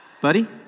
buddy